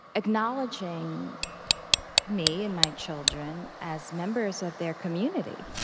acknowledging me and my children as members of their community.